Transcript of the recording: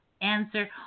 answer